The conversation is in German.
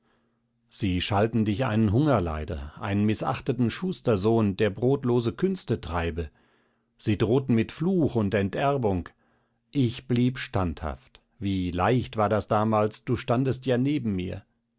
sie schalten dich einen hungerleider einen mißachteten schustersohn der brotlose künste treibe sie drohten mit fluch und enterbung ich blieb standhaft wie leicht war das damals du standest ja neben mir